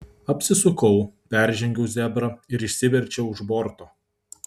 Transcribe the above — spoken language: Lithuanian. apsisukau peržengiau zebrą ir išsiverčiau už borto